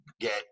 get